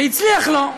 הצליח לו,